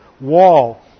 wall